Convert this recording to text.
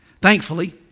Thankfully